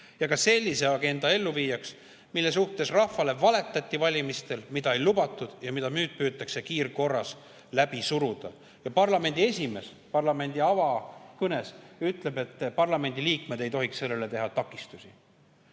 ka sellise agenda elluviijaks, mille kohta rahvale valetati valimistel, mida ei lubatud ja mida nüüd püütakse kiirkorras läbi suruda. Ja parlamendi esimees oma avakõnes ütles, et parlamendiliikmed ei tohiks sellele teha takistusi.